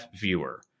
Viewer